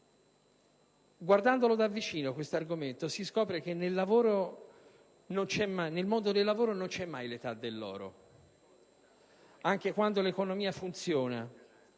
Guardando da vicino questo argomento, si scopre che nel mondo del lavoro non c'è mai l'età dell'oro: anche quando l'economia funziona